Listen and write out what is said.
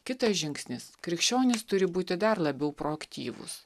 kitas žingsnis krikščionys turi būti dar labiau proaktyvūs